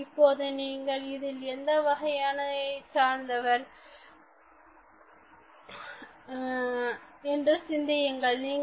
சரி இப்பொழுது நீங்கள் இதில் எந்த வகையை சார்ந்தவர் என்று சிறிது சிந்தியுங்கள்